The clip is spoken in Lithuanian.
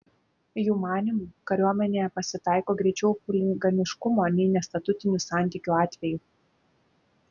jų manymu kariuomenėje pasitaiko greičiau chuliganiškumo nei nestatutinių santykių atvejų